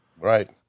right